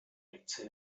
ritze